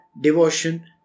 devotion